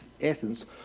essence